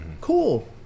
cool